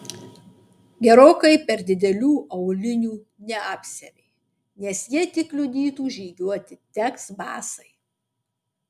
gerokai per didelių aulinių neapsiavė nes jie tik kliudytų žygiuoti teks basai